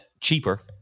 cheaper